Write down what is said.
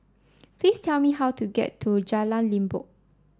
please tell me how to get to Jalan Limbok